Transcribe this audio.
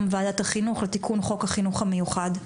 וועדת החינוך לתיקון חוק החינוך המיוחד.